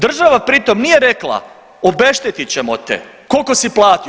Država pritom nije rekla obeštetit ćemo te, koliko si platio?